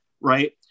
right